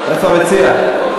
איפה המציע?